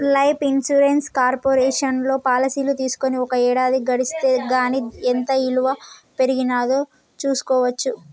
life insurance కార్పొరేషన్లో పాలసీలు తీసుకొని ఒక ఏడాది గడిస్తే గానీ ఎంత ఇలువ పెరిగినాదో చూస్కోవచ్చు